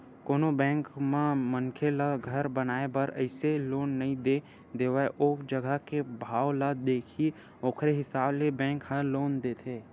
कोनो बेंक ह मनखे ल घर बनाए बर अइसने लोन नइ दे देवय ओ जघा के भाव ल देखही ओखरे हिसाब ले बेंक ह लोन देथे